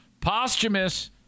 posthumous